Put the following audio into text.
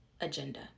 agenda